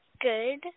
Good